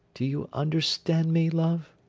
do you understand me, love